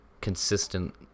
consistent